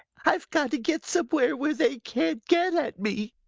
i've got to get somewhere where they can't get at me!